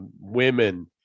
women